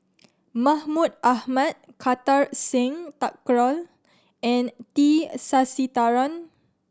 Mahmud Ahmad Kartar Singh Thakral and T Sasitharan